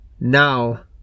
Now